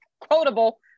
Quotable